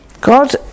God